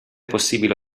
possibile